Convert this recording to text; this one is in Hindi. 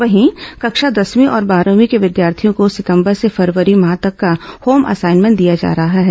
वहीं कक्षा दसवीं और बारहवीं के विद्यार्थियों को सितंबर से फरवरी माह तक का होम असाइनमेंट दिया जा रहा है